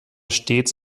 stets